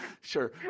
sure